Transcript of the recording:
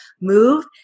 move